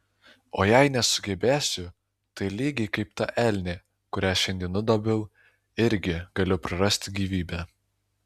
o jei nesugebėsiu tai lygiai kaip ta elnė kurią šiandien nudobiau irgi galiu prarasti gyvybę